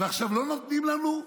ועכשיו לא נותנים לנו,